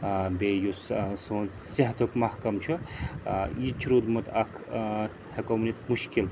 ٲں بیٚیہِ یُس ٲں سون صحتُک محکَم چھُ ٲں یہِ تہِ چھُ روٗدمُت اَکھ ٲں ہیٚکَو ؤنِتھ مشکل